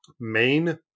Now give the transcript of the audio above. main